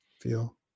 feel